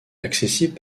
accessible